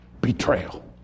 betrayal